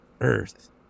Earth